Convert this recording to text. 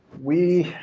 we